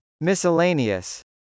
Miscellaneous